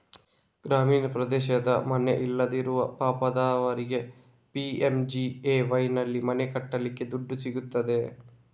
ಗ್ರಾಮೀಣ ಪ್ರದೇಶದ ಮನೆ ಇಲ್ಲದಿರುವ ಪಾಪದವರಿಗೆ ಪಿ.ಎಂ.ಜಿ.ಎ.ವೈನಲ್ಲಿ ಮನೆ ಕಟ್ಲಿಕ್ಕೆ ದುಡ್ಡು ಸಿಗ್ತದೆ